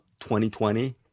2020